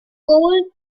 cold